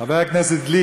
חבר הכנסת גליק,